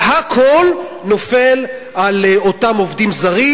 והכול נופל על אותם עובדים זרים,